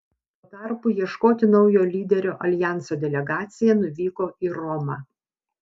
tuo tarpu ieškoti naujo lyderio aljanso delegacija nuvyko į romą